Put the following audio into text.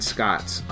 Scott's